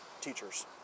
teachers